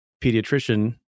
pediatrician